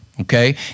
okay